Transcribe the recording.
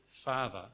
father